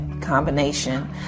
combination